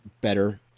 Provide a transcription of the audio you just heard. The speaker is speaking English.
better